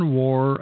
war